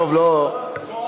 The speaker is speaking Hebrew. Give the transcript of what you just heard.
טוב, לא,